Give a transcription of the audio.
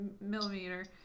millimeter